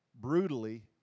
brutally